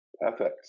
perfect